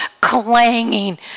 clanging